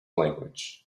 language